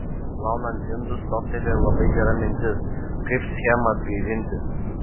plaunant indus toptelėjo labai gera mintis kaip schemą atgaivinti